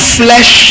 flesh